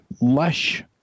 lush